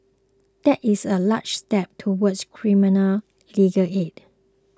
that is a large step towards criminal legal aid